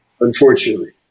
unfortunately